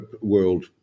world